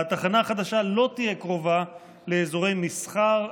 התחנה החדשה לא תהיה קרובה לאזורי מסחר,